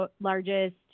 largest